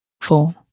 four